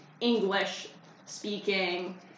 English-speaking